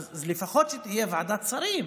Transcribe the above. לפחות שתהיה ועדת שרים,